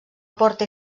porta